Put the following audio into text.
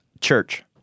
Church